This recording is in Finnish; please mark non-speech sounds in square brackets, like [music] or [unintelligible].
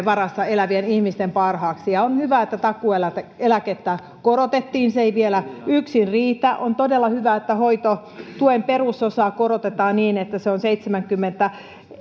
[unintelligible] varassa elävien ihmisten parhaaksi ja on hyvä että takuueläkettä korotettiin se ei vielä yksin riitä on todella hyvä että hoitotuen perusosaa korotetaan niin että se on seitsemänkymmentä